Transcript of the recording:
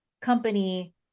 company